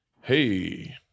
Hey